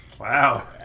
Wow